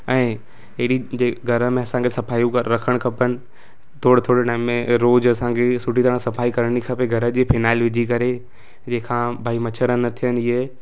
ऐं अहिड़ी जे घर में असांखे सफ़ाइयूं रखणु खपनि थोरो थोरो टाइम में रोज़ु असांखे हेॾी सुठी तरह सफ़ाई करणी खपे घर जी फिनाइल विझी करे जेका भई मछर न थियनि इहे